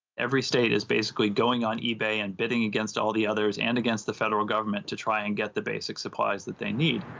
every state is basically going on ebay and bidding against all the others and against the federal government to try and get the basic supplies that they need.